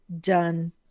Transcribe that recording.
done